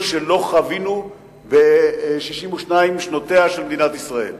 שלא חווינו ב-62 שנותיה של מדינת ישראל.